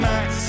Max